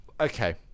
Okay